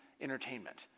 entertainment